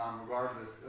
regardless